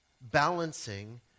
balancing